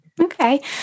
Okay